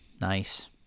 Nice